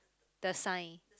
the sign